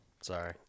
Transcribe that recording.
Sorry